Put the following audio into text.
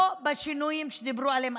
לא בשינויים שדיברו עליהם.